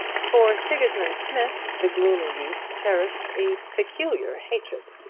for sigismund smith the gloomy youth cherished a peculiar hatred.